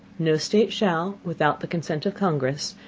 no state shall, without the consent of congress,